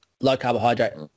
low-carbohydrate